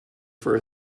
for